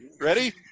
Ready